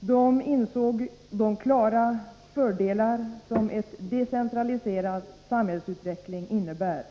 De insåg de klara fördelar som en decentraliserad samhällsutveckling innebär.